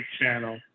Channel